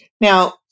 Now